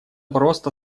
просто